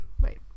wait